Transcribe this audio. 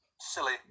Silly